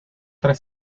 tres